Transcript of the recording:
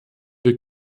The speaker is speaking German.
wir